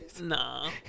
Nah